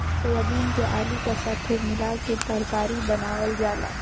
soybean के आलू का साथे मिला के तरकारी बनावल जाला